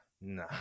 nah